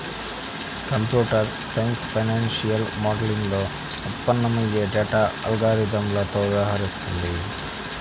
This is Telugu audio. కంప్యూటర్ సైన్స్ ఫైనాన్షియల్ మోడలింగ్లో ఉత్పన్నమయ్యే డేటా అల్గారిథమ్లతో వ్యవహరిస్తుంది